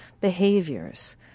behaviors